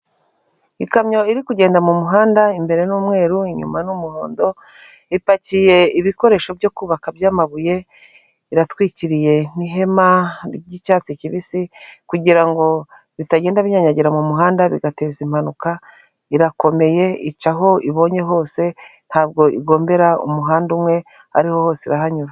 Ikamyo iri kugenda mu muhanda imbere n'umweru inyuma n'umuhondo, ipakiye ibikoresho byo kubaka by'amabuye, iratwikiriye n'ihema ry'icyatsi kibisi kugira ngo bitagenda binyanyagira mu muhanda bigateza impanuka. Irakomeye ica aho ibonye hose ntabwo igombera umuhanda umwe, aho ariho hose irahanyura.